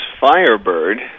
Firebird